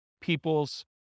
people's